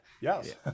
Yes